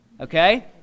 Okay